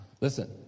Listen